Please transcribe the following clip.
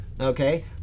okay